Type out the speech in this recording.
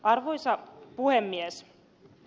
arvoisa puhemies